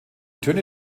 töne